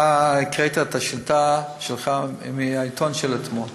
אתה הקראת את השאילתה שלך מהעיתון של אתמול.